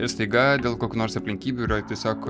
ir staiga dėl kokių nors aplinkybių yra tiesiog